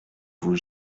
vous